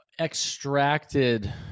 extracted